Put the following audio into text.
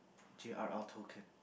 J_R_R Tolkien